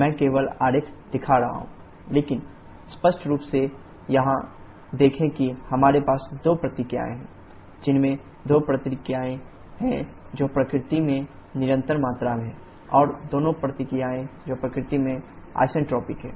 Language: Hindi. मैं केवल आरेख दिखा रहा हूं लेकिन स्पष्ट रूप से यहां देखें कि हमारे पास दो प्रक्रियाएं हैं जिनमें दो प्रक्रियाएं हैं जो प्रकृति में निरंतर मात्रा हैं और दो प्रक्रियाएं जो प्रकृति में आइसेंट्रोपिक हैं